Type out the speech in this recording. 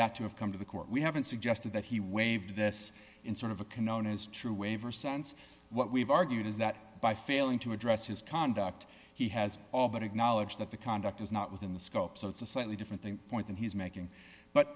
that to have come to the court we haven't suggested that he waived this in sort of a k'naan is true waiver sense what we've argued is that by failing to address his conduct he has all but acknowledged that the conduct is not within the scope so it's a slightly different thing point that he's making but